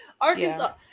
Arkansas